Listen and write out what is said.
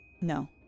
No